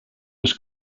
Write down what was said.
was